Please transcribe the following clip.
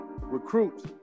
recruits